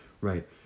right